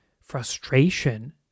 frustration